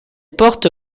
porte